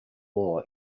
law